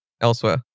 elsewhere